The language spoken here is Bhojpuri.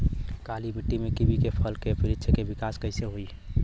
काली मिट्टी में कीवी के फल के बृछ के विकास कइसे होई?